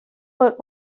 for